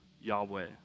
Yahweh